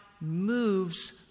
moves